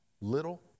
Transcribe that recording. little